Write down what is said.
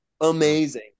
amazing